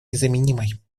незаменимой